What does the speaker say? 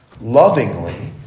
lovingly